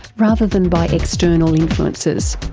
rather than by external influences.